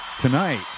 tonight